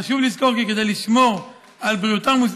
חשוב לזכור כי כדי לשמור על בריאותם ועל